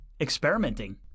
experimenting